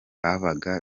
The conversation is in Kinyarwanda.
babaga